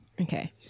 Okay